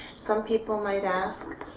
some people might ask,